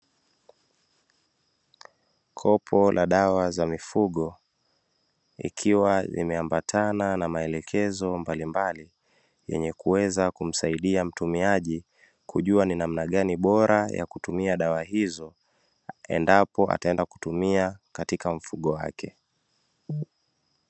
Kopo la dawa za mifugo zikiwa zimeambatana na maelekezo mbalimbali, yenye kuweza kumsaidia mtumiaji kuweza kujua ni nmna gani bora ya kutumia dawa hizo endapo ataenda kutumia kwa mfugo wake.